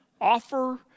offer